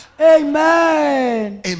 amen